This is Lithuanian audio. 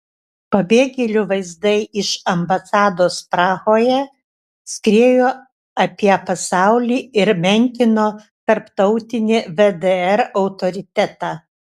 pabėgėlių vaizdai iš ambasados prahoje skriejo apie pasaulį ir menkino tarptautinį vdr autoritetą